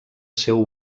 seu